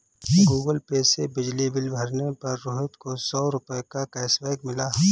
Google Pay से बिजली bill भरने पर रोहित को सौ रूपए का कैशबैक मिला